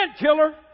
killer